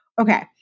Okay